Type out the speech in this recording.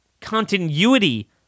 continuity